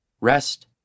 Rest